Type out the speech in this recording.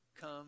Come